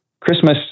Christmas